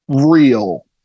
real